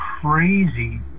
crazy